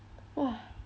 !wah!